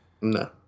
No